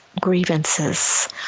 grievances